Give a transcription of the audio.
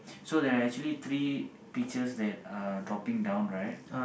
so there are actually three peaches that are dropping down right